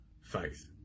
faith